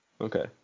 Okay